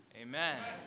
Amen